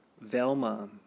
Velma